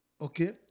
Okay